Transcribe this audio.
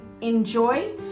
enjoy